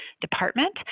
department